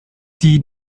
die